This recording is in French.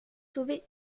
sauvé